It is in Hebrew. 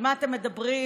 על מה אתם מדברים?